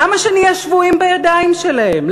למה שנהיה שבויים בידיים שלהם?